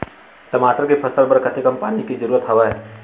टमाटर के फसल बर कतेकन पानी के जरूरत हवय?